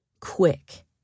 Quick